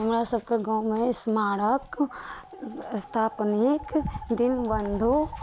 हमरा सबके गाँवमे स्मारक स्थापित दिनबन्धु